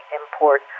import